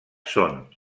són